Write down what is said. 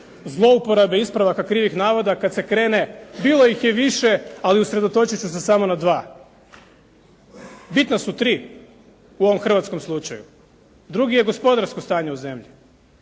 zlouporabe ispravaka krivih navoda kad se krene. Bilo ih je više, ali usredotočiti ću se samo na dva. Bitna su tri u ovom hrvatskom slučaju. Drugi je gospodarsko stanje u zemlji.